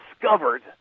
discovered